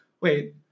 Wait